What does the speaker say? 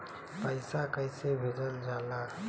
पैसा कैसे भेजल जाला?